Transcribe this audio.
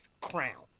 crown